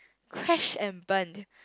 crash and burnt